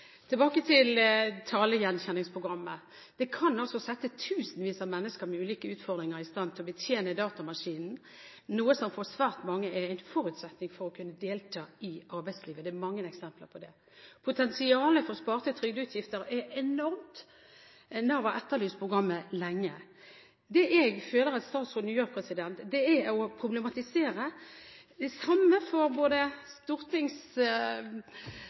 Tilbake til talegjenkjenningsprogrammet: Det kan altså sette tusenvis av mennesker med ulike utfordringer i stand til å betjene datamaskiner, noe som for svært mange er en forutsetning for å kunne delta i arbeidslivet. Det er mange eksempler på det. Potensialet for sparte trygdeutgifter er enormt. Nav har etterlyst programmet lenge. Det jeg føler statsråden gjør, er å problematisere. Det er det samme for både